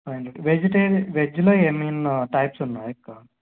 five hundred vegetarian వెజ్లో ఎన్నైనా types ఉన్నాయి అక్క